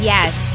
Yes